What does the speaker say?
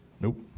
Nope